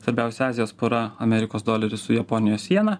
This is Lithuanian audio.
svarbiausia azijos pora amerikos doleris su japonijos jena